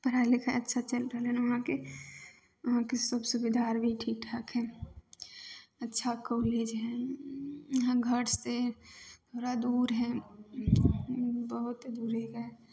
पढ़ाइ लिखाइ अच्छा चलि रहलै हन उहाँके उहाँके सभ सुविधा आर भी ठीक ठाक हइ अच्छा कॉलेज हइ हँ घरसँ थोड़ा दूर हइ बहुत दूरी हइके